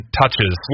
touches